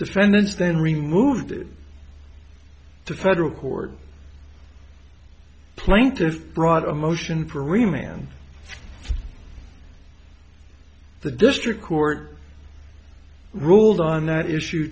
defendants then removed to federal court plaintiff brought a motion perini and the district court ruled on that issue